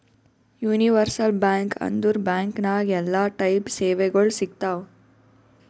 universal bank ಅಂದುರ್ bank ನಾಗ್ ಎಲ್ಲಾ ಟೈಪ್ ಸೇವೆಗೊಳ್ ಸಿಗ್ತಾವ್